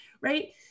right